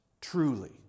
Truly